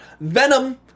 Venom